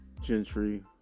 Gentry